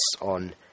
on